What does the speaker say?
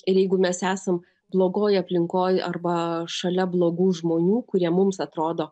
ir jeigu mes esam blogoj aplinkoj arba šalia blogų žmonių kurie mums atrodo